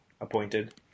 appointed